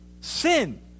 sin